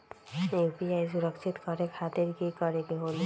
UPI सुरक्षित करे खातिर कि करे के होलि?